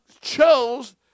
chose